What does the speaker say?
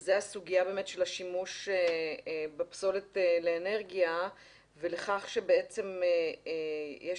וזאת הסוגיה של השימוש בפסולת לאנרגיה ולכך שבעצם יש